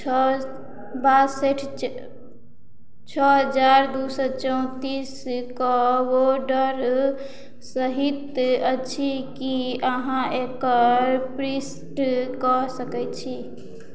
छओ बासठ छओ चारि दू सए चौतीसके ऑर्डर सहित अछि की अहाँ एकर पिष्ट कऽ सकैत छी